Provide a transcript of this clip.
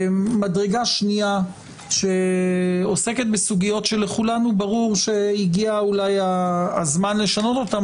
מדרגה שנייה שעוסקת בסוגיות שלכולנו ברור שהגיע אולי הזמן לשנות אותן,